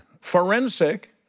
forensic